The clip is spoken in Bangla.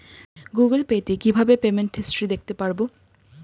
গুগোল পে তে কিভাবে পেমেন্ট হিস্টরি দেখতে পারবো?